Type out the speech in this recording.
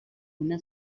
una